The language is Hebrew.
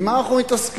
במה אנחנו מתעסקים,